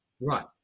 Right